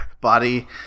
body